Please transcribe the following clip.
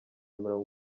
mirongo